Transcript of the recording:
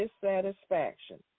dissatisfaction